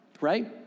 Right